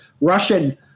Russian